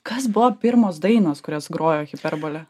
kas buvo pirmos dainos kurias grojo hiperbolė